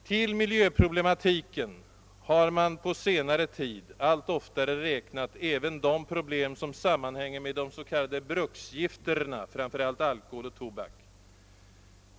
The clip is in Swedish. Till - miljövårdsproblematiken har man på senare tid allt oftare räknat även de problem som sammanhänger med de s.k. bruksgifterna, framför allt alkohol och tobak.